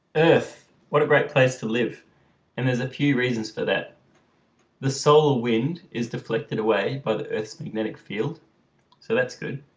earth what a great place to live and there's a few reasons for that the solar wind is deflected away by the earth's magnetic field so that's good